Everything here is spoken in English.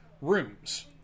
rooms